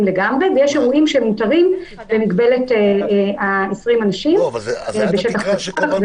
לגמרי ויש אירועים במגבלת 20 אנשים בשטח פתוח,